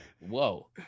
Whoa